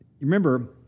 Remember